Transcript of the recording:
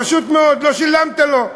פשוט מאוד, לא שילמת לו.